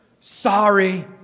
sorry